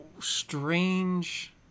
strange